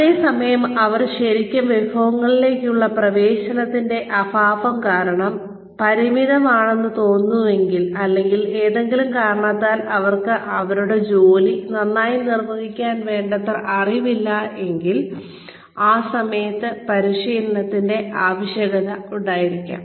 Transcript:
അതേസമയം അവർ ശരിക്കും വിഭവങ്ങളിലേക്കുള്ള പ്രവേശനത്തിന്റെ അഭാവം കാരണം പരിമിതമാണെന്ന് തോന്നുന്നുവെങ്കിൽ അല്ലെങ്കിൽ ഏതെങ്കിലും കാരണത്താൽ അവർക്ക് അവരുടെ ജോലി നന്നായി നിർവഹിക്കാൻ വേണ്ടത്ര അറിവില്ലങ്കിൽ ആ സമയത്ത് പരിശീലനത്തിന്റെ ആവശ്യകത ഉണ്ടായിരിക്കാം